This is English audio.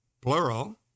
plural